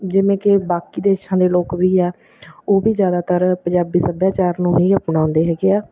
ਜਿਵੇਂ ਕਿ ਬਾਕੀ ਦੇਸ਼ਾਂ ਦੇ ਲੋਕ ਵੀ ਆ ਉਹ ਵੀ ਜ਼ਿਆਦਾਤਰ ਪੰਜਾਬੀ ਸੱਭਿਆਚਾਰ ਨੂੰ ਹੀ ਅਪਣਾਉਂਦੇ ਹੈਗੇ ਆ